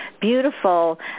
beautiful